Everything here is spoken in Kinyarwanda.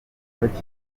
bakizi